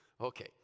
Okay